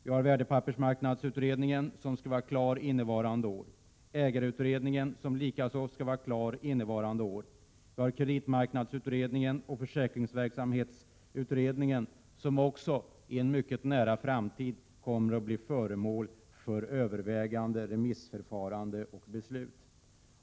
Det är värdepappersmarknads kommittén, som skall vara färdig med sitt uppdrag under innevarande år, ägarutredningen, som likaså skall vara klar under 1988, samt kreditmarknadsutredningen och försäkringsverksamhetsutredningen, som också i en mycket nära framtid kommer att bli föremål för övervägande, remissförfarande och beslut.